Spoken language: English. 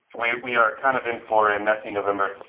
we we are kind of in for a messy november.